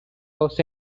los